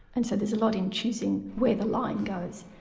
and so there's a lot in choosing where the line goes.